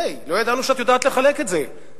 הי, לא ידענו שאת יודעת לחלק את זה.